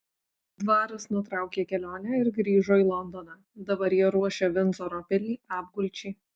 dvaras nutraukė kelionę ir grįžo į londoną dabar jie ruošia vindzoro pilį apgulčiai